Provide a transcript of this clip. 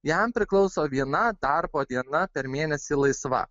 jam priklauso viena darbo diena per mėnesį laisva